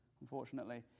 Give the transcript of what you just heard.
unfortunately